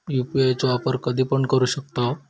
UPI चो वापर कधीपण करू शकतव?